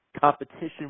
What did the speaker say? competition